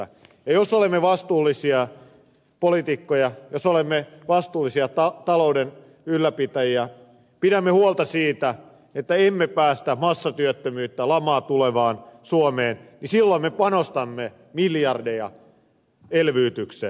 ja jos olemme vastuullisia poliitikkoja jos olemme vastuullisia talouden ylläpitäjiä pidämme huolta siitä että emme päästä massatyöttömyyttä ja lamaa tulemaan suomeen niin silloin me panostamme miljardeja elvytykseen